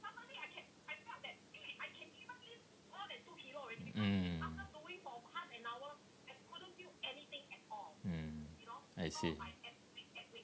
mm mm I see